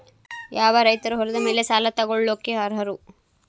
ಯಾವ ರೈತರು ಹೊಲದ ಮೇಲೆ ಸಾಲ ತಗೊಳ್ಳೋಕೆ ಅರ್ಹರು?